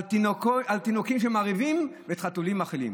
על התינוקות שמרעיבים ואת החתולים מאכילים.